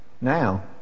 now